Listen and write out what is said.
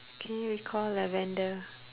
can you recall lavender